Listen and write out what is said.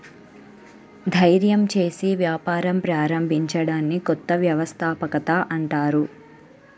ధైర్యం చేసి వ్యాపారం ప్రారంభించడాన్ని కొత్త వ్యవస్థాపకత అంటారు